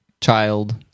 child